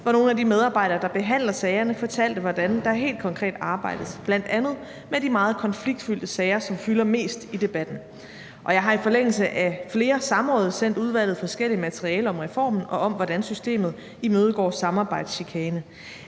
hvor nogle af de medarbejdere, der behandler sagerne, fortalte, hvordan der helt konkret arbejdes, bl.a. med de meget konfliktfyldte sager, som fylder mest i debatten. Og jeg har i forlængelse af flere samråd sendt udvalget forskelligt materiale om reformen og om, hvordan systemet imødegår samarbejdschikane.